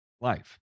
life